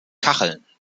kacheln